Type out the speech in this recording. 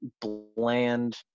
bland